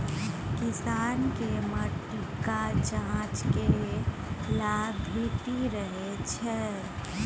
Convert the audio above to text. किसानकेँ माटिक जांच केर लाभ भेटि रहल छै